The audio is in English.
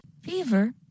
Fever